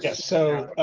yeah so,